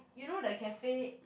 you know the cafe